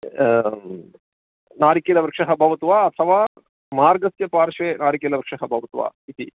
नारिकेलवृक्षः भवतु वा अथवा मार्गस्य पार्श्वे नारिकेलवृक्षः भवतु वा इति